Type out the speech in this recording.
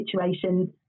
situations